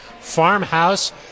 Farmhouse